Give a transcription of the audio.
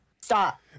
stop